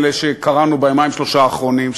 האלה שקראנו ביומיים-שלושה האחרונים,